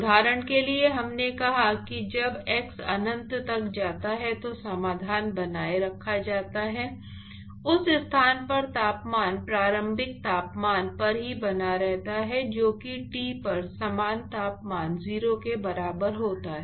उदाहरण के लिए हमने कहा कि जब x अनंत तक जाता है तो समाधान बनाए रखा जाता है उस स्थान पर तापमान प्रारंभिक तापमान पर ही बना रहता है जो कि T पर समान तापमान 0 के बराबर होता है